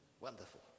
Wonderful